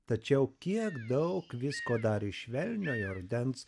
tačiau kiek daug visko darė švelniojo rudens